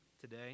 today